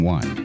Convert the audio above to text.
One